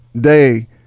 day